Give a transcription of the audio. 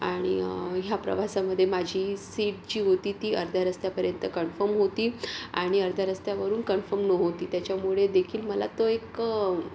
आणि ह्या प्रवासामध्ये माझी सीट जी होती ती अर्ध्या रस्त्यापर्यंत कन्फर्म होती आणि अर्ध्या रस्त्यावरून कन्फर्म नव्हती त्याच्यामुळे देखील मला तो एक